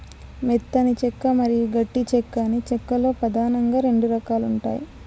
మెత్తని చెక్క మరియు గట్టి చెక్క అని చెక్క లో పదానంగా రెండు రకాలు ఉంటాయి